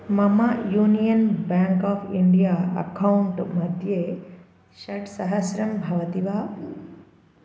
मम union bank of India account मध्ये षट्सहस्रं भवति वा